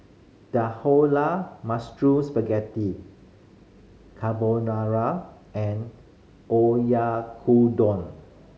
Dhokla Spaghetti Carbonara and Oyakodon